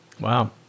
Wow